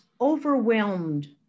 overwhelmed